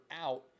out